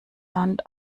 land